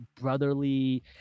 brotherly